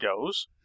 goes